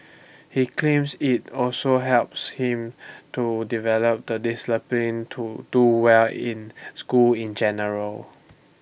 he claims IT also helps him to develop the to do well in school in general